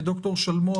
ד"ר שלמון,